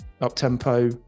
up-tempo